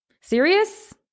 Serious